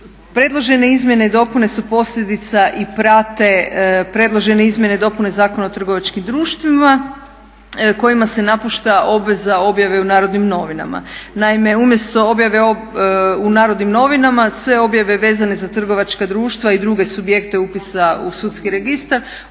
Predložene izmjene i dopune su posljedica i prate predložene izmjene i dopune Zakona o trgovačkim društvima kojima se napušta obveza objave u Narodnim novinama. Naime, umjesto objave u Narodnim novinama sve objave vezane za trgovačka društva i druge subjekte upisa u sudski registar